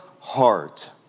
heart